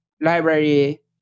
library